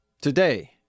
Today